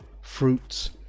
fruits